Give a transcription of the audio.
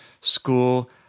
School